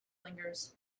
lingers